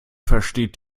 versteht